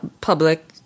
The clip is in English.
public